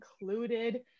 included